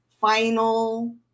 final